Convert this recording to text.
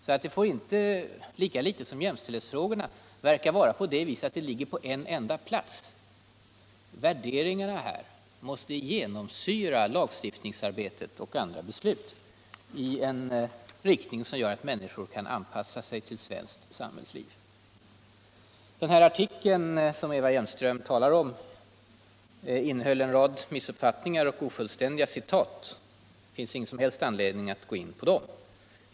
Lika litet som när det gäller jämställdhetsfrågorna får det verka som om denna fråga ligger på en enda plats. Värderingarna måste genomsyra lagstiftningsarbete och beslut i en riktning som gör att människor kan anpassa sig till svenskt samhällsliv. Den artikel som Eva Hjelmström talar om innehöll en rad missuppfattningar och ofullständiga citat. Det finns ingen som helst anledning att gå in på dem.